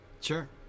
sure